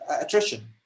attrition